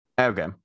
Okay